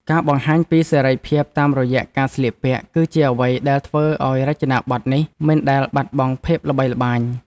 ការបង្ហាញពីសេរីភាពតាមរយៈការស្លៀកពាក់ គឺជាអ្វីដែលធ្វើឱ្យរចនាប័ទ្មនេះមិនដែលបាត់បង់ភាពល្បីល្បាញ។